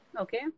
Okay